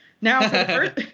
Now